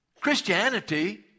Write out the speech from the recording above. Christianity